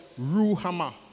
Ruhama